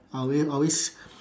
I will always